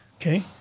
Okay